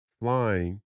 flying